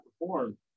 perform